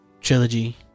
trilogy